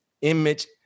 image